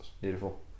beautiful